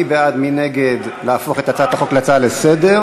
מי בעד ומי נגד להפוך את הצעת החוק להצעה לסדר-היום?